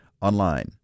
online